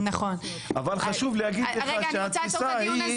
אבל חשוב להגיד לך שהתפיסה ההיא,